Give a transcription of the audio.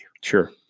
Sure